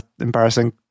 embarrassing